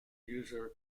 user